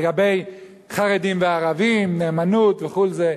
לגבי חרדים וערבים, נאמנות וכל זה.